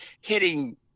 hitting